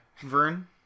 Vern